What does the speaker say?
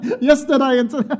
Yesterday